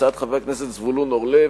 הצעת חבר הכנסת זבולון אורלב,